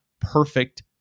perfect